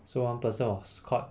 so one person was caught